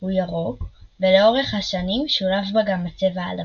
הוא ירוק, ולאורך השנים שולב בה גם הצבע הלבן.